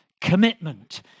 commitment